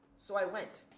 so, i went.